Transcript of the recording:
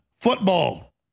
football